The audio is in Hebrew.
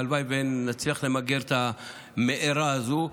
והלוואי שנצליח למגר את המארה הזו.